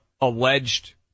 alleged